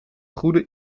goede